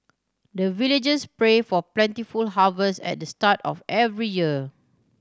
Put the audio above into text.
the villagers pray for plentiful harvest at the start of every year